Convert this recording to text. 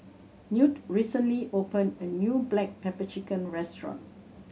Knute recently opened a new black pepper chicken restaurant